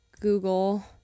google